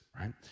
right